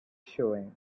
showing